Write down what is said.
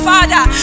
Father